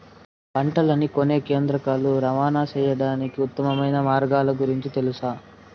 పంటలని కొనే కేంద్రాలు కు రవాణా సేయడానికి ఉత్తమమైన మార్గాల గురించి తెలుసా?